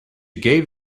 gave